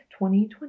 2020